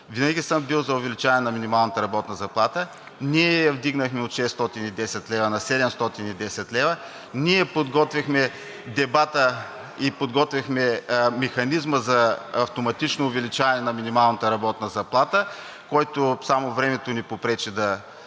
Винаги съм бил за увеличаване на минималната работна заплата – ние я вдигнахме от 610 лв. на 710 лв.; ние подготвихме дебата и подготвихме механизма за автоматично увеличаване на минималната работна заплата, което само времето ни попречи да